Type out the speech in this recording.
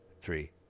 Three